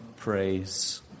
praise